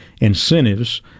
incentives